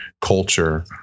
culture